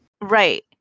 right